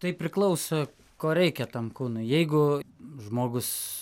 tai priklauso ko reikia tam kūnui jeigu žmogus